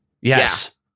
Yes